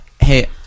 Hey